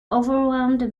overwhelmed